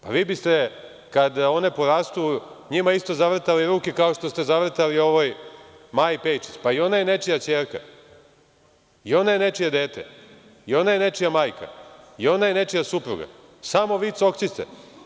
Pa, vi biste kada one porastu njima isto zavrtali ruke kao što ste zavrtali ovoj Maji Pejčić, pa i ona je nečija ćerka, i ona je nečije dete, i ona je nečija majka, i ona je nečija supruga, samo vi cokćite?